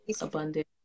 Abundant